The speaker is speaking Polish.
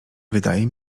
wydaje